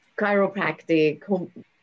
chiropractic